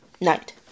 night